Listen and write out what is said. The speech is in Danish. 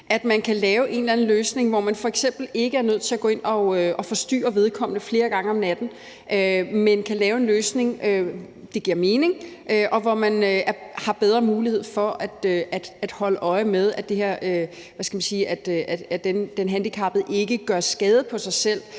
en eller anden løsning, hvor man f.eks. ikke er nødt til at gå ind og forstyrre vedkommende flere gange om natten, men kan lave en løsning, der giver mening, og hvor man har bedre mulighed for at holde øje med, at den handicappede ikke gør skade på sig selv